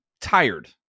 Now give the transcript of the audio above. tired